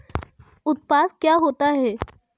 उत्पाद क्या होता है?